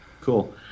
cool